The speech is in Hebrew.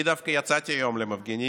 אני דווקא יצאתי היום למפגינים,